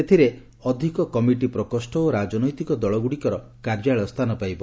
ଏଥିରେ ଅଧିକ କମିଟି ପ୍ରକୋଷ୍ଠ ଓ ରାଜନୈତିକ ଦଳଗୁଡ଼ିକର କାର୍ଯ୍ୟାଳୟ ସ୍ଥାନ ପାଇବ